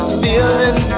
feeling